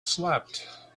slept